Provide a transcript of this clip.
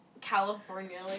California